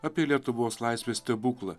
apie lietuvos laisvės stebuklą